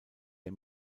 der